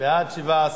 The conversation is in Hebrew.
שיקבע.